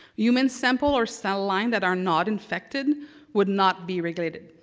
human sample or cell line that are not infected would not be regulated.